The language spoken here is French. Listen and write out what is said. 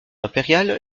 impériale